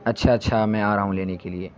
اچھا اچھا میں آ رہا ہوں لینے کے لیے